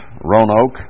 Roanoke